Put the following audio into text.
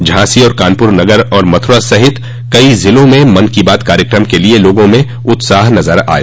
झांसी और कानपुर नगर और मथुरा सहित कई ज़िलों में मन की बात कार्यक्रम के लिये लोगों में उत्साह नज़र आया